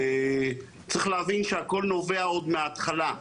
צריך להבין שהכל נובע עוד מההתחלה.